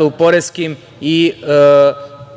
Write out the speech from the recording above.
u poreskim i egzotičnim